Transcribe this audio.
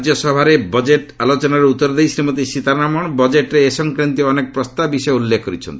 ରାଜ୍ୟସଭାରେ ବଜେଟ୍ ଆଲୋଚନାରେ ଉତ୍ତର ଦେଇ ଶ୍ରୀମତୀ ସୀତାରମଣ ବଜେଟ୍ରେ ଏ ସଂକ୍ରାନ୍ତୀୟ ଅନେକ ପ୍ରସ୍ତାବ ବିଷୟ ଉଲ୍ଲେଖ କରିଛନ୍ତି